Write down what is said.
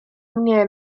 mnie